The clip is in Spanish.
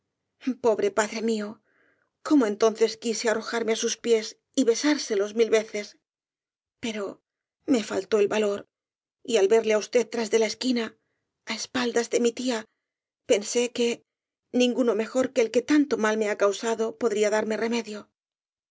pobre padre mío cómo entonces quise arrojarme á sus pies y besárselos mil veces pero me faltó el valor y al verle á usted tras de la esquina á espaldas de mi tía pensé que ninguno mejor que el que tanto mal me ha causado podría darme remedio